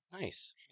Nice